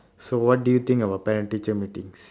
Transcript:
so what do you think about parent-teacher meetings